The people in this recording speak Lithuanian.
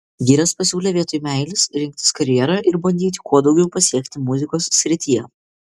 vyras pasiūlė vietoj meilės rinktis karjerą ir bandyti kuo daugiau pasiekti muzikos srityje